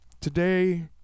Today